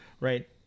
Right